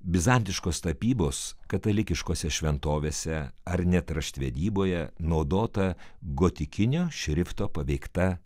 bizantiškos tapybos katalikiškose šventovėse ar net raštvedyboje naudota gotikinio šrifto paveikta